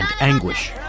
anguish